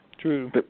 true